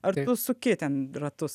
ar tu suki ten ratus